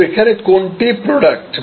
তো এখানে কোনটি প্রডাক্ট